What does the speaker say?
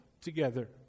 together